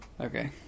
okay